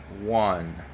one